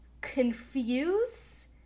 confuse